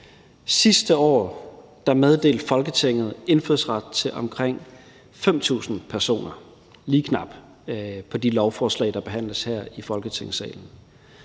Sidste år meddelte Folketinget indfødsret til omkring 5.000 personer, lige knap, på de lovforslag, der behandles her i Folketingssalen.